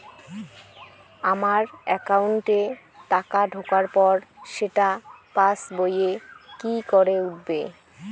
আমার একাউন্টে টাকা ঢোকার পর সেটা পাসবইয়ে কি করে উঠবে?